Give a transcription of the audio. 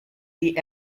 the